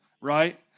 Right